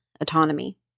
autonomy